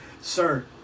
sir